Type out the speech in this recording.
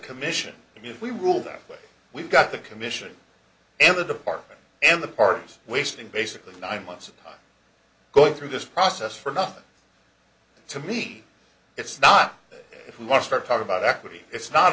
commission and if we rule that way we've got the commission and the department and the parties wasting basically nine months going through this process for nothing to me it's not if you want to start talking about equity it's not